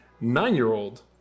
nine-year-old